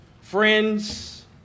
friends